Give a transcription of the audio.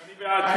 אני בעד.